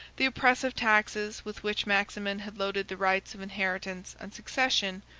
the oppressive taxes with which maximin had loaded the rights of inheritance and succession,